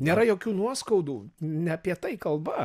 nėra jokių nuoskaudų ne apie tai kalba